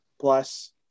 plus